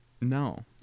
No